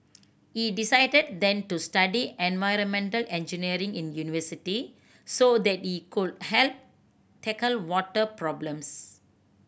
he decided then to study environmental engineering in university so that he could help tackle water problems